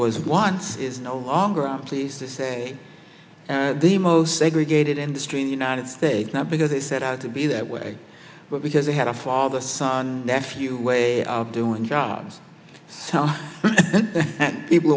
was one is no longer i'm pleased to say the most segregated industry in united states not because they set out to be that way but because they had a father son nephew way of doing jobs and people